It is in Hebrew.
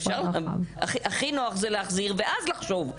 הכי נוח להחזיר ואז לחשוב.